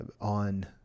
on